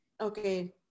okay